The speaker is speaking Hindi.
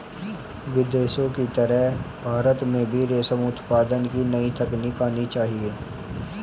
विदेशों की तरह भारत में भी रेशम उत्पादन की नई तकनीक आनी चाहिए